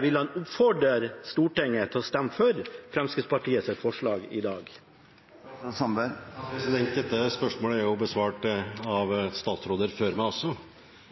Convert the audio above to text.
vil han oppfordre Stortinget til å stemme for Fremskrittspartiets forslag i dag? Dette spørsmålet er jo besvart av statsråder før meg også.